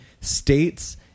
states